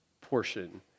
portion